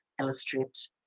illustrate